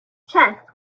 chest